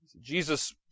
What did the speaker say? Jesus